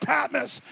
Patmos